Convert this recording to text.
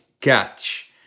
catch